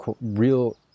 real